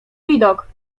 widok